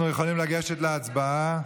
אנחנו יכולים לגשת להצבעה,